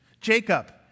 Jacob